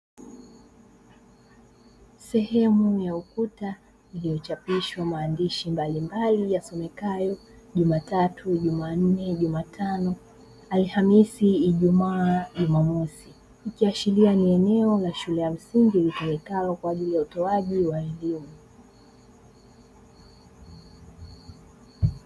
Sehemu ya ukuta iliochapishwa maandishi yasomekayo: jumatatu, jumanne, jumatano, alhamisi, ijumaa na jumamosi, ikiashiria ni eneo la shule ya msingi litumikala kwa ajili ya utoaji wa aridhio.